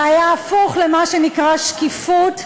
זה היה הפוך למה שנקרא שקיפות,